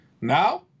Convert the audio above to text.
Now